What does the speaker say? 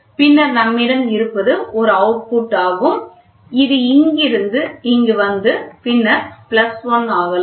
பின்னர் நம்மிடம் இருப்பது ஒரு வெளியீடு ஆகும் இது இங்கிருந்து இங்கு வந்து பின்னர் பிளஸ் 1 ஆகலாம்